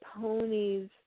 ponies